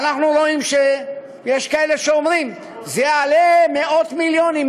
אנחנו רואים שיש כאלה שאומרים: זה יעלה מאות מיליונים,